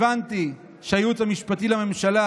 הבנתי שהייעוץ המשפטי לממשלה,